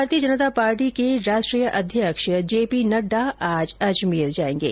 भारतीय जनता पार्टी के राष्ट्रीय अध्यक्ष जेपी नड्डा आज अजमेर आएंगे